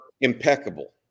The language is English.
impeccable